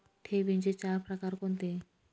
ठेवींचे चार प्रकार कोणते?